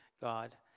God